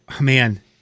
man